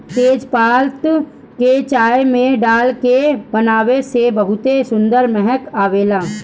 तेजपात के चाय में डाल के बनावे से बहुते सुंदर महक आवेला